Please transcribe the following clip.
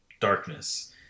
darkness